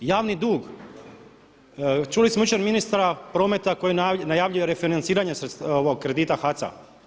Javni dug, čuli smo jučer ministra prometa koji najavljuje refinanciranje kredita HAC-a.